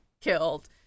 killed